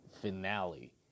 finale